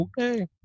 Okay